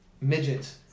midgets